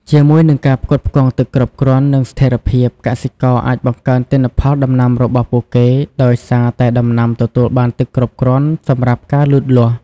ជាមួយនឹងការផ្គត់ផ្គង់ទឹកគ្រប់គ្រាន់ និងស្ថិរភាព កសិករអាច បង្កើនទិន្នផលដំណាំរបស់ពួកគេ ដោយសារតែដំណាំទទួលបានទឹកគ្រប់គ្រាន់សម្រាប់ការលូតលាស់។